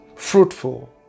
fruitful